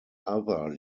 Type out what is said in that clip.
other